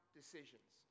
decisions